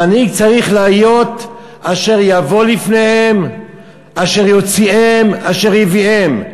המנהיג צריך להיות "אשר יבוא לפניהם ואשר יוציאם ואשר יביאם".